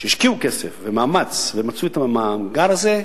שהשקיעו כסף ומאמץ, ומצאו את המאגר הזה,